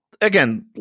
again